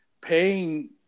paying